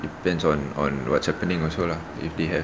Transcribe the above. it depends on on what's happening also lah if they have